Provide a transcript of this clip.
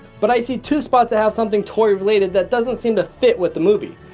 but i see two spots that have something toy related that doesn't seem to fit with the movie.